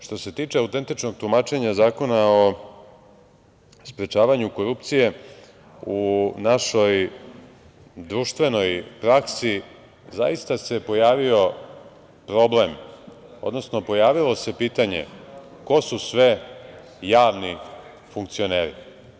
Što se tiče autentičnog tumačenja Zakona o sprečavanju korupcije u našoj društvenoj praksi, zaista se pojavio problem, odnosno, pojavilo se pitanje ko su sve javni funkcioneri.